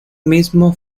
mismo